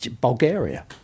Bulgaria